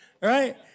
right